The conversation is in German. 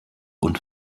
und